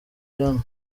hano